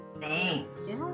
Thanks